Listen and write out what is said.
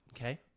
Okay